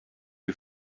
you